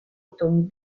tong